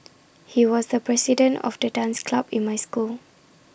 he was the president of the dance club in my school